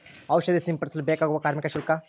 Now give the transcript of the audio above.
ಔಷಧಿ ಸಿಂಪಡಿಸಲು ಬೇಕಾಗುವ ಕಾರ್ಮಿಕ ಶುಲ್ಕ?